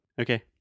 Okay